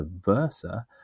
versa